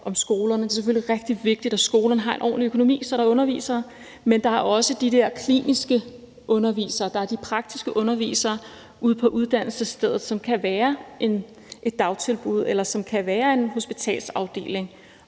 om skolerne. Det er selvfølgelig rigtig vigtigt, at skolerne har en ordentlig økonomi, så der er undervisere. Men der er også de der kliniske undervisere, og der er de praktiske undervisere ude på uddannelsesstedet, som kan være et dagtilbud, eller som kan være en hospitalsafdeling,